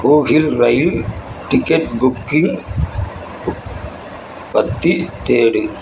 Google rail ticket booking பற்றி தேடு